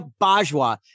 Bajwa